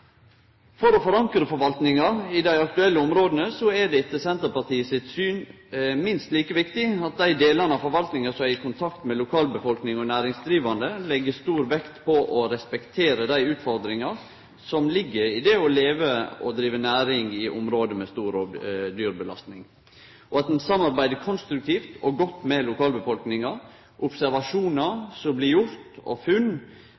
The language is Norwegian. For å forankre forvaltninga i dei aktuelle områda er det etter Senterpartiet sitt syn minst like viktig at dei delane av forvaltninga som er i kontakt med lokalbefolkninga og dei næringsdrivande, legg stor vekt på å respektere dei utfordringane som ligg i det å leve og drive næring i område med stor rovdyrbelastning, og at ein samarbeider konstruktivt og godt med lokalbefolkninga. Observasjonar og funn